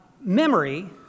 memory